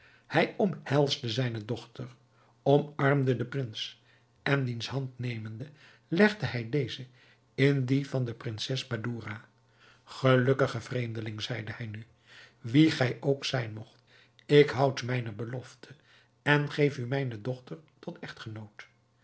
hij omhelsde zijne dochter omarmde den prins en diens hand nemende legde hij deze in die van de prinses badoura gelukkige vreemdeling zeide hij nu wie gij ook zijn moogt ik houd mijne belofte en geef u mijne dochter tot echtgenoot